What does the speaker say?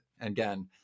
again